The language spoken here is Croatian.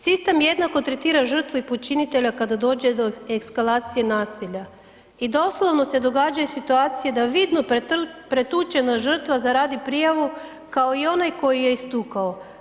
Sistem jednako tretira i žrtvu i počinitelja kada dođe do eskalacije nasilja i doslovno se događaju situacije da vidno pretučena žrtva zaradi prijavu kao i onaj koji ju je istukao.